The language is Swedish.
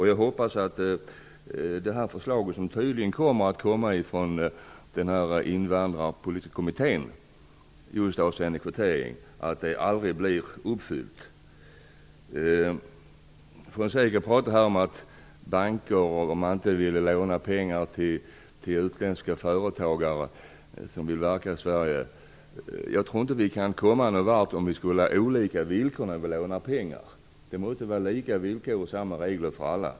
Jag hoppas att det förslag som tydligen kommer från Invandrarpolitiska kommittén avseende just kvotering aldrig kommer att gå igenom. Juan Fonseca pratade om att banker inte vill låna ut pengar till utländska företagare som vill verka i Sverige. Jag tror inte vi kommer någon vart om vi har olika villkor när vi lånar pengar. Det måste vara lika villkor och samma regler för alla.